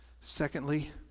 secondly